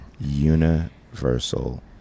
universal